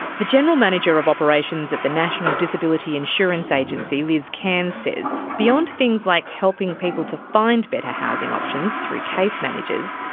the general manager of operations at the national disability insurance agency, liz cairns, says beyond things like helping people to find better housing options through case managers,